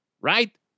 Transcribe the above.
right